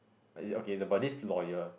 like okay it's about this lawyer